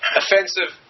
offensive